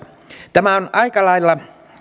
tämä on aika lailla